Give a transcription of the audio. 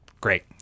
great